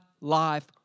life